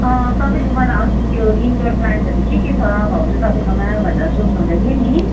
तपाईँले मलाई अस्ति त्यो इन्डोर प्लान्टहरू के के छ भाउजू तपाईँकोमा भनेर सोध्नु हुँदैथ्यो नि